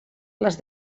les